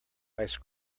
ice